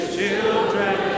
children